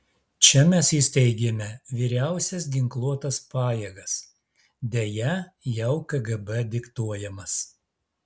čia mes įsteigėme vyriausias ginkluotas pajėgas deja jau kgb diktuojamas